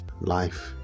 Life